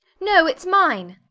no, it's mine.